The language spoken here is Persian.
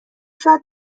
شاید